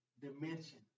dimension